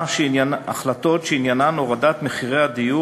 החלטות שעניינן הורדת מחירי הדיור